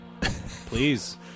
Please